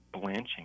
blanching